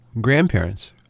grandparents